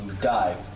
dive